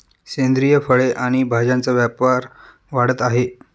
सेंद्रिय फळे आणि भाज्यांचा व्यापार वाढत आहे